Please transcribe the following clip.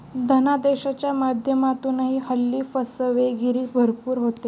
धनादेशाच्या माध्यमातूनही हल्ली फसवेगिरी भरपूर होते